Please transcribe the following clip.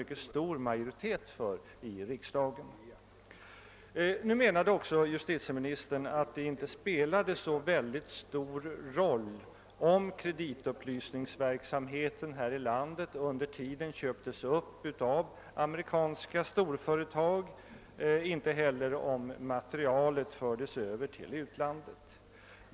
Justitieministern menade vidare att det inte spelade så stor roll om kreditupplysningsverksamheten i vårt land under tiden köptes upp av amerikanska storföretag och inte heller om det material som finns på detta område fördes över till utlandet.